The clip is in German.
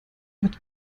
hat